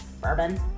bourbon